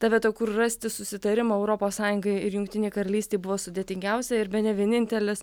ta vieta kur rasti susitarimo europos sąjungai ir jungtinei karalystei buvo sudėtingiausia ir bene vienintelis